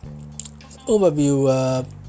overview